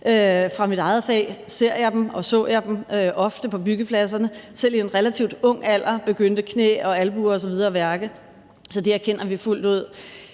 Via mit eget fag så jeg dem ofte på byggepladserne. Selv i en relativt ung alder begyndte knæ, albuer osv. at værke. Så det erkender vi fuldt ud.